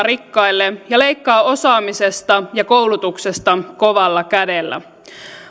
rikkaille ja leikkaa osaamisesta ja koulutuksesta kovalla kädellä